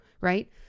right